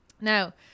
Now